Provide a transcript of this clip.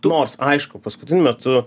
nors aišku paskutiniu metu